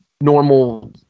normal